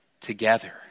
together